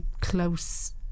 close